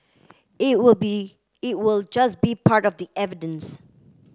it will be it will just be part of the evidence